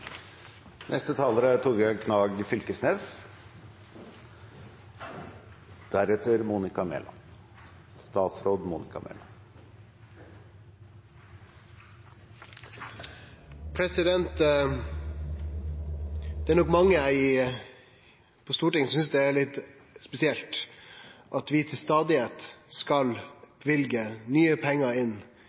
Det er nok mange på Stortinget som synest det er litt spesielt at vi til stadigheit skal løyve nye pengar inn